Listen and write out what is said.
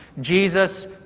Jesus